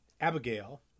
Abigail